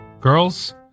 girls